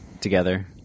together